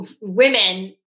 women